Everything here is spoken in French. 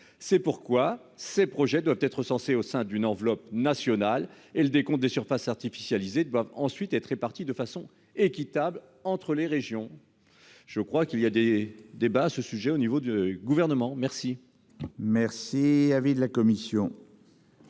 C'est pourquoi, ces projets doivent être recensés au sein d'une enveloppe nationale et le décompte des surfaces artificialisées doivent ensuite être répartis de façon équitable entre les régions. Je crois qu'il y a des débats ce sujet au niveau du gouvernement. Merci.